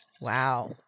Wow